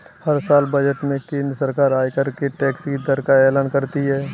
हर साल बजट में केंद्र सरकार आयकर के टैक्स की दर का एलान करती है